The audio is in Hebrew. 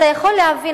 אתה יכול להבין,